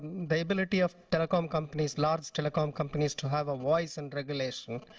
the ability of telecom companies, large telecom companies, to have a voice and regulation.